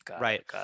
right